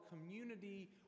community